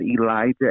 Elijah